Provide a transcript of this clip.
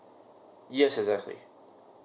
yes exactly